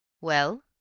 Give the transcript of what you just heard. Well